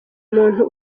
umuntu